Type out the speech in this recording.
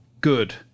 good